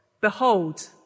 Behold